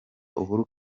uhuru